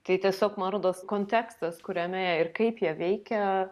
tai tiesiog man rodos kontekstas kuriame ir kaip jie veikia